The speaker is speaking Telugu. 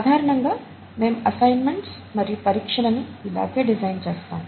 సాధారణంగా మేము అస్సైన్మెంట్స్ మరియు పరీక్షలని ఇలాగే డిజైన్ చేస్తాం